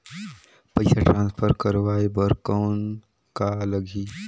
पइसा ट्रांसफर करवाय बर कौन का लगही?